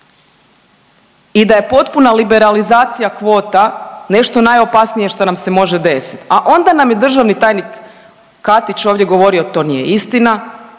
i da je potpuna liberalizacija kvota nešto najopasnije što nam se može desit, a onda nam je državni tajnik Katić ovdje govorio to nije istina,